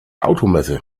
automesse